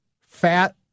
fat